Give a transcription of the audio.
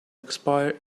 expire